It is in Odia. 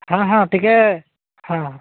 ହଁ ହଁ ଟିକେ ହଁ